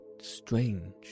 strange